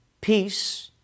peace